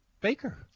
baker